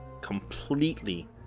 completely